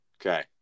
Okay